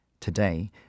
Today